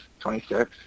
26